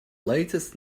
latest